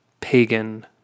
pagan